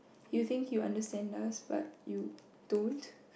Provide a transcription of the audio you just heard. you think you understand us but you don't